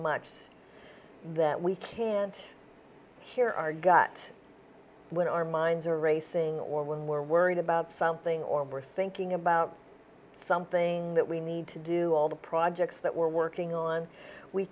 much that we can't hear our gut when our minds are racing or when we're worried about something or we're thinking about something that we need to do all the projects that we're working on we